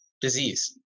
disease